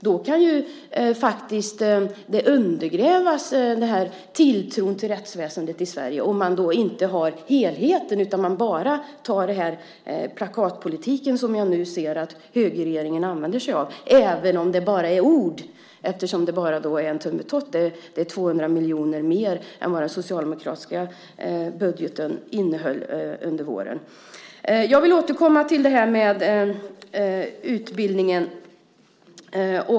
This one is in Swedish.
Det kan faktiskt undergräva tilltron till rättsväsendet i Sverige om man inte har helheten utan bara tar till plakatpolitiken, som jag nu ser att högerregeringen använder sig av, även om det bara är ord. Det blev ju bara en tummetott. Det är bara 200 miljoner mer än vad den socialdemokratiska budgeten innehöll förra våren. Jag vill återkomma till utbildningen.